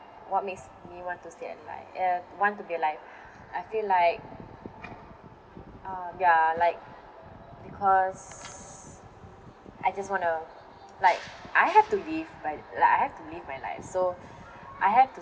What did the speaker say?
what makes me want to stay alive uh want to be alive I feel like uh ya like because I just wanna like I have to live but like I have to live my life so I have to